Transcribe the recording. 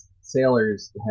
Sailor's